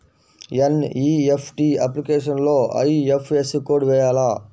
NEFT అప్లికేషన్లో IFSC code వేయాలా?